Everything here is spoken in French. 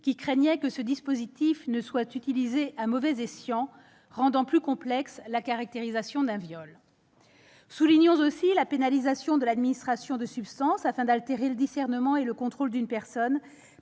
qui craignaient que ce dispositif ne soit utilisé à mauvais escient, rendant plus complexe la caractérisation d'un viol. Soulignons aussi la pénalisation de l'administration de substances afin d'altérer le discernement et le contrôle d'une personne,